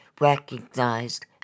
recognized